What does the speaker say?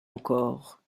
encore